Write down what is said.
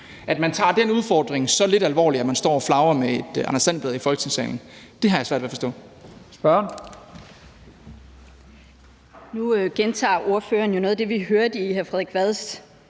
At man tager den udfordring så lidt alvorligt, at man står og flagrer med et Anders And-blad i Folketingssalen, har jeg svært ved at forstå.